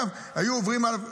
היו עוברים עליו,